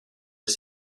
des